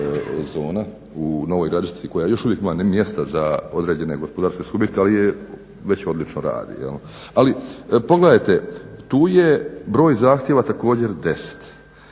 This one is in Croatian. zona u Novoj Gradišci koja još uvijek ima mjesta za određene gospodarske subjekte ali je već odlično radi. Ali pogledajte tu je broj zahtjeva također 10